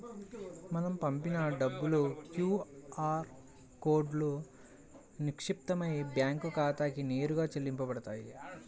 మనం పంపిన డబ్బులు క్యూ ఆర్ కోడ్లో నిక్షిప్తమైన బ్యేంకు ఖాతాకి నేరుగా చెల్లించబడతాయి